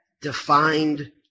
defined